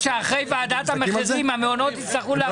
שאחרי ועדת המחירים המעונות יצטרכו להחזיר כסף.